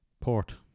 Port